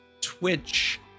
twitch